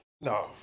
No